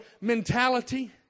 mentality